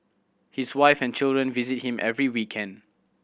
his wife and children visit him every weekend